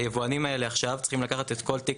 היבואנים האלה עכשיו צריכים לקחת כל תיק